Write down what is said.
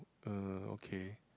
uh okay